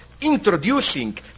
introducing